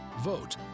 vote